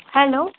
hello